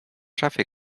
szafie